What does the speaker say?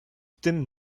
tym